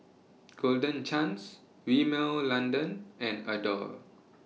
Golden Chance Rimmel London and Adore